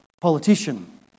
politician